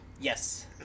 Yes